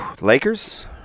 Lakers